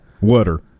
Water